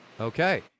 Okay